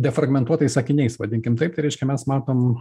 defragmentuotais sakiniais vadinkim taip tai reiškia mes matom